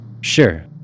Sure